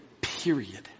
Period